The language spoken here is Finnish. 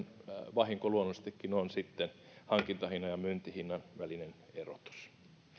vahinko luonnollisestikin on hankintahinnan ja myyntihinnan välinen erotus